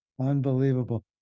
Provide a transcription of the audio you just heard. unbelievable